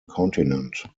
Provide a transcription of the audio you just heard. continent